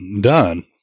done